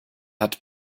hat